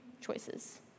choices